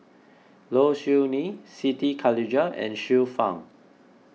Low Siew Nghee Siti Khalijah and Xiu Fang